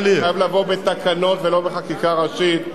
הדבר הזה חייב לבוא בתקנות ולא בחקיקה ראשית,